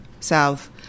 south